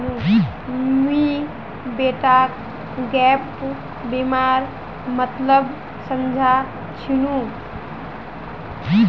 मुई बेटाक गैप बीमार मतलब समझा छिनु